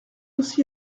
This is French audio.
aussi